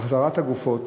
החזרת הגופות